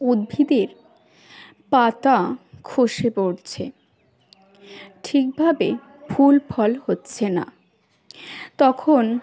উদ্ভিদের পাতা খসে পড়ছে ঠিকভাবে ফুল ফল হচ্ছে না তখন